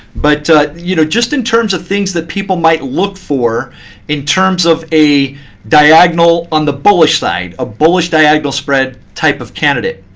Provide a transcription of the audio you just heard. but you know just in terms of things that people might look for in terms of a diagonal on the bullish side, a bullish diagonal spread type of candidate,